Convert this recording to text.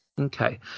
Okay